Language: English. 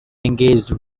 engaged